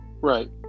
right